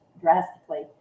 drastically